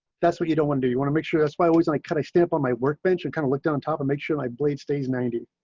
that's what you don't want. do you want to make sure that's why i always like kind of step on my workbench and kind of looked on top of make sure my blade stays ninety